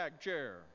chair